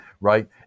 Right